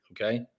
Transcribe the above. okay